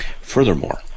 Furthermore